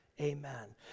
amen